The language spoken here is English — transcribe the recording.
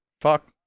Fuck